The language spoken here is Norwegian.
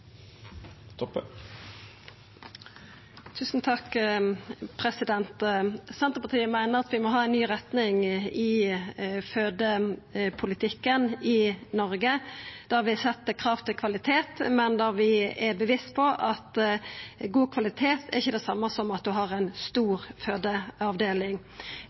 Senterpartiet meiner at vi må ha ei ny retning i fødepolitikken i Noreg, der vi set krav til kvalitet, men der vi er bevisste på at god kvalitet ikkje er det same som at ein har ei stor fødeavdeling.